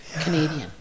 Canadian